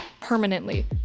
Permanently